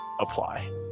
apply